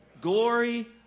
glory